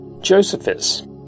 Josephus